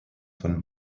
von